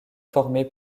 formée